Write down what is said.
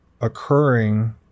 occurring